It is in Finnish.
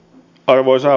arvoisa